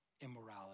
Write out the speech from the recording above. immorality